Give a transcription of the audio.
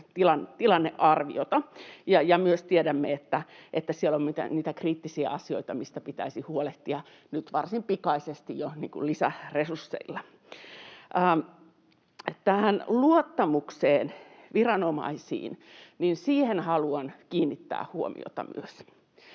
tilannearviota. Myös tiedämme, että siellä on niitä kriittisiä asioita, mistä pitäisi huolehtia nyt varsin pikaisesti jo, lisäresursseilla. Luottamukseen viranomaisiin haluan kiinnittää huomiota myös.